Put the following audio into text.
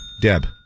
Deb